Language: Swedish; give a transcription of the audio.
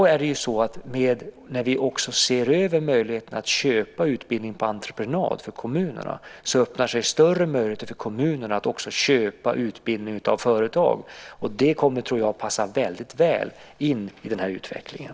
När vi sedan ser över möjligheterna för kommunerna att köpa utbildning på entreprenad öppnar sig större möjligheter för dem att köpa utbildning också av företagen. Det tror jag kommer att passa väl in i den här utvecklingen.